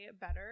better